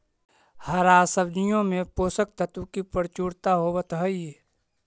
हरा सब्जियों में पोषक तत्व की प्रचुरता होवत हई